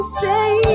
say